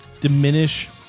diminish